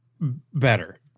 better